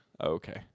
Okay